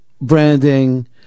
branding